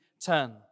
turn